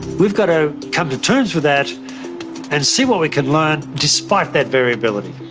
we've got to come to terms with that and see what we can learn, despite that variability.